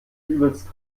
übelst